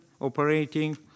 operating